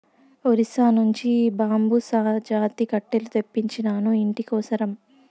ఒరిస్సా నుంచి బాంబుసా జాతి కట్టెలు తెప్పించినాను, ఇంటి కోసరం